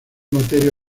materia